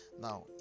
now